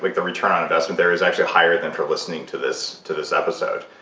like the return on investment there is actually higher than for listening to this to this episode,